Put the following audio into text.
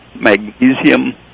magnesium